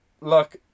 Look